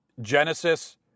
Genesis